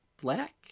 black